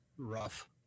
rough